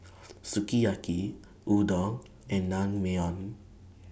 Sukiyaki Udon and Naengmyeon